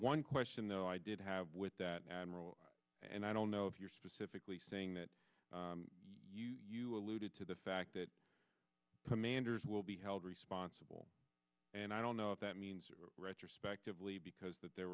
one question though i did have with that admiral and i don't know if you're specifically saying that you alluded to the fact that commanders will be held responsible and i don't know if that means retrospectively because that there